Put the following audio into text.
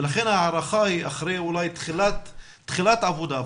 ולכן ההערכה היא אחרי תחילת עבודה,